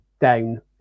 down